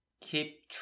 Keep